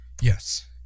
yes